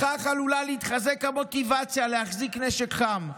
בכך עלולה להתחזק המוטיבציה להחזיק נשק חם,